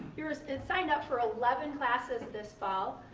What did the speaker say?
you're signed up for eleven classes this fall,